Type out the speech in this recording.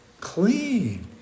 Clean